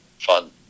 fun